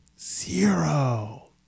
Zero